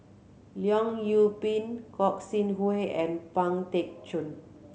Leong Yoon Pin Gog Sing Hooi and Pang Teck Joon